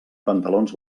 pantalons